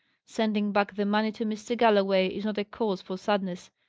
sending back the money to mr. galloway is not a cause for sadness.